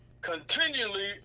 continually